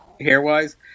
hair-wise